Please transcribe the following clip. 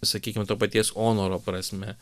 sakykim to paties onoro prasme